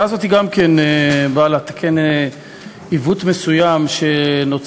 16 בעד, אין מתנגדים, אין נמנעים.